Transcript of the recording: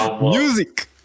Music